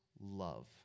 love